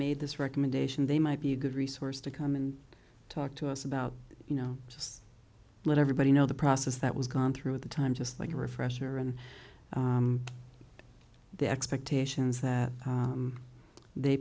made this recommendation they might be a good resource to come and talk to us about you know just let everybody know the process that was gone through at the time just like a refresher on the expectations that they